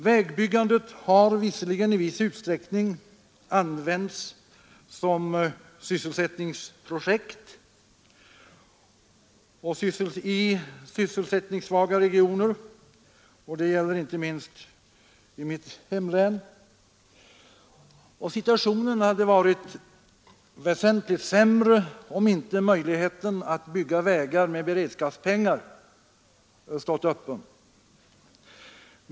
Vägbyggandet har i viss utsträckning använts som sysselsättningsprojekt i sysselsättningssvaga regioner — det gäller inte minst i mitt hemlän — och situationen hade varit väsentligt sämre om inte möjligheten att bygga vägar med beredskapspengar stått öppen.